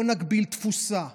לא נגביל תפוסה,